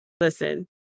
listen